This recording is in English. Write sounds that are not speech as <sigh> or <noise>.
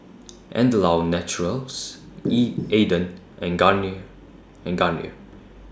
<noise> Andalou Naturals <noise> E Aden and Curry and Garnier